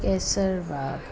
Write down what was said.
Kaiserbagh